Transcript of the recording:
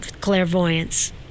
clairvoyance